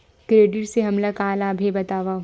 Credit से हमला का लाभ हे बतावव?